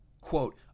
quote